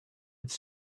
its